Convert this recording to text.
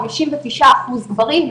חמישים ותשעה אחוז גברים,